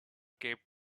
cape